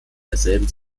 derselben